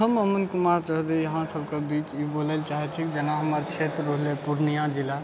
हम अमन कुमार चौधरी अहाँ सबके बीच ई बोलय लए चाहैत छी जेना हमर क्षेत्र होलै पूर्णिया जिला